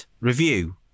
review